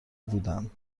بودند